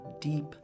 deep